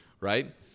right